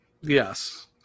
Yes